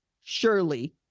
surely